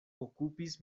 okupis